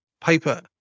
paper